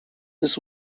this